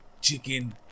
chicken